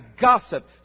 gossip